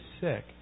sick